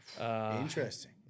Interesting